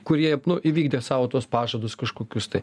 kurie įvykdė savo tuos pažadus kažkokius tai